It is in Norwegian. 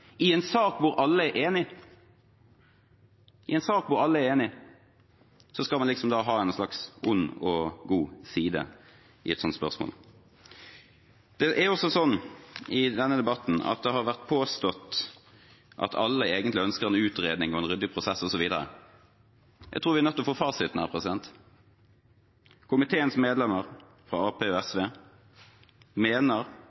i en sak hvor alle er enige! I en sak hvor alle er enige, skal man liksom ha en slags ond og god side i et slikt spørsmål. I denne debatten har det også vært påstått at alle egentlig ønsker en utredning og en ryddig prosess osv., men jeg tror vi er nødt til å få fasiten: «Komiteens medlemmer fra Arbeiderpartiet og